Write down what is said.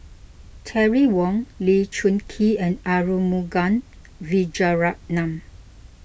Terry Wong Lee Choon Kee and Arumugam Vijiaratnam